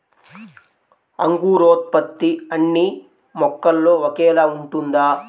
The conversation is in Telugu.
అంకురోత్పత్తి అన్నీ మొక్కల్లో ఒకేలా ఉంటుందా?